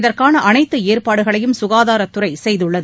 இதற்கான அனைத்து ஏற்பாடுகளையும் சுகாதாரத்துறை செய்துள்ளது